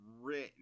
written